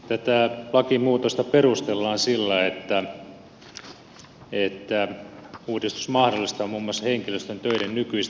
tätä lakimuutosta perustellaan sillä että uudistus mahdollistaa muun muassa henkilöstön töiden nykyistä tarkoituksenmukaisemman järjestämisen